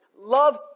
love